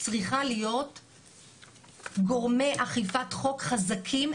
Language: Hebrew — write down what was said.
צריכה להיות גורמי אכיפת חוק חזקים,